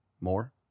More